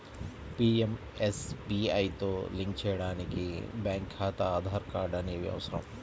పీయంఎస్బీఐతో లింక్ చేయడానికి బ్యేంకు ఖాతా, ఆధార్ కార్డ్ అనేవి అవసరం